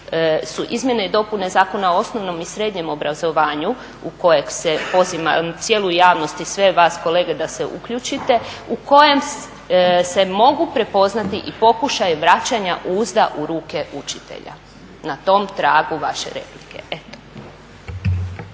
su izmjene i dopune Zakona o osnovnom i srednjem obrazovanju u kojeg se poziva cijelu javnost i sve vas kolege da se uključite, u kojem se mogu prepoznati i pokušaji vraćanja uzda u ruke učitelja na tom tragu vaše replike.